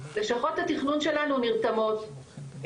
לשכות התכנון שלנו נרתמות,